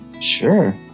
Sure